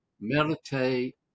meditate